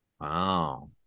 Wow